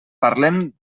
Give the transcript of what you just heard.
parlem